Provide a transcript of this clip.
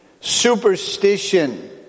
superstition